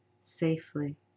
safely